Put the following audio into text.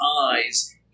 eyes